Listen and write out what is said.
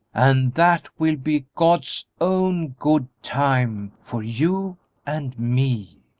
and that will be god's own good time, for you and me